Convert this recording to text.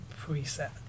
preset